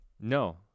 no